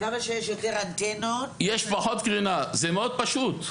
זה מאוד פשוט.